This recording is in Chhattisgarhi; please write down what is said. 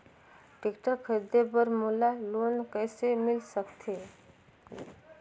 टेक्टर खरीदे बर मोला लोन कइसे मिल सकथे?